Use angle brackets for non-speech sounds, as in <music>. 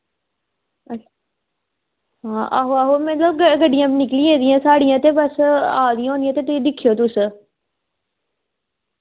अच्छ हां आहो आहो मतलब ग गड्डियां निकली गेदियां साढ़ियां ते बस आदियां होनियां ते <unintelligible> दिक्खेओ तुस